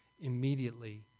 immediately